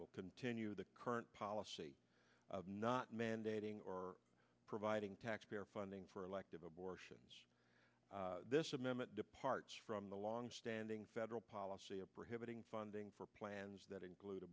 will continue the current policy of not mandating or providing taxpayer funding for elective abortions this amendment departs from the longstanding federal policy of hitting funding for plans that include